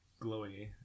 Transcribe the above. glowy